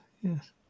yes